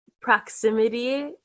proximity